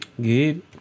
good